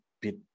bit